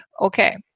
Okay